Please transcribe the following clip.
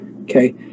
okay